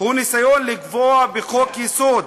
הוא ניסיון לקבוע בחוק-יסוד,